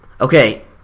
Okay